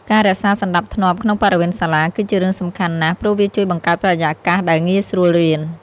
ការរក្សាសណ្ដាប់ធ្នាប់ក្នុងបរិវេណសាលា គឺជារឿងសំខាន់ណាស់ ព្រោះវាជួយបង្កើតបរិយាកាសដែលងាយស្រួលរៀន។